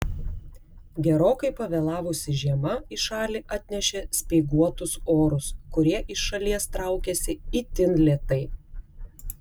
gerokai pavėlavusi žiema į šalį atnešė speiguotus orus kurie iš šalies traukiasi itin lėtai